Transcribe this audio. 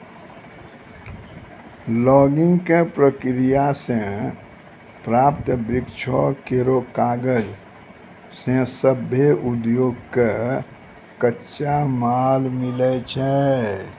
logging क प्रक्रिया सें प्राप्त वृक्षो केरो कागज सें सभ्भे उद्योग कॅ कच्चा माल मिलै छै